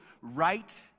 right